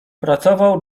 pracował